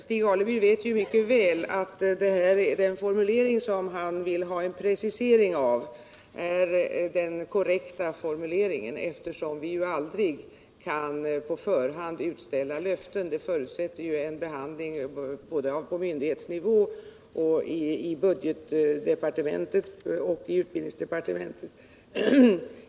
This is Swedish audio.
Stig Alemyr vet mycket väl att den formulering han vill ha en precisering av är den korrekta, eftersom vi ju aldrig på förhand kan utställa löften; det förutsätter en behandling både på myndighetsnivå och i budgetoch utbildningsdepartementen.